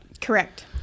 Correct